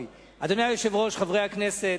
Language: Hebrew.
היושב-ראש, חברי הכנסת,